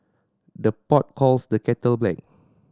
the pot calls the kettle black